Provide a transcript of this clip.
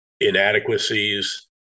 inadequacies